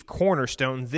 cornerstone